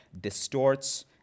distorts